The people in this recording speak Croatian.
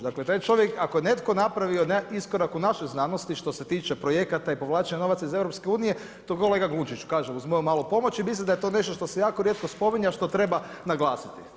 Dakle, taj čovjek, ako je netko napravio nekakav iskorak u našoj znanosti što se tiče projekata i povlačenja novaca iz EU, to je kolega Glunčić, kažem uz moju malu pomoć i mislim da je to nešto što se jako rijetko spominje, a što treba naglasiti.